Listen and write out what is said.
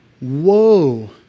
Woe